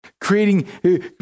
Creating